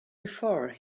before